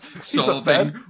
solving